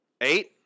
Eight